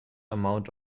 amount